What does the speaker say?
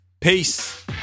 Peace